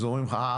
אז אומרים לך: אה,